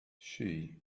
she